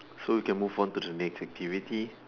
so we can move on to the next activity